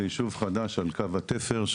זה ישוב חדש על קו התפר.